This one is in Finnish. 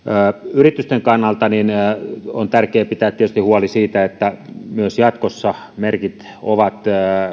yritysten kannalta on tärkeää pitää tietysti huoli siitä että myös jatkossa merkit ovat